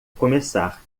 começar